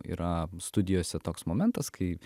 yra studijose toks momentas kai